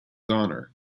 honor